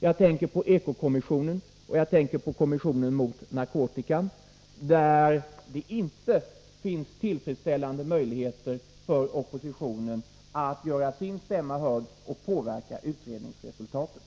Jag tänker på Ekokommissionen och kommissonen mot narkotika, där det inte finns tillfredsställande möjligheter för oppositionen att göra sin stämma hörd och påverka utredningsresultaten.